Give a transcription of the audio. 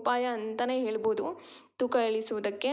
ಉಪಾಯ ಅಂತನೇ ಹೇಳ್ಬೋದು ತೂಕ ಇಳಿಸುವುದಕ್ಕೆ